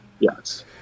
yes